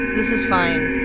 this is fine.